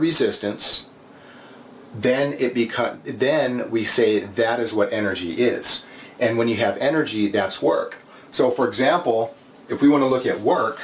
resistance then it because then we say that is what energy is and when you have energy that's work so for example if we want to look at work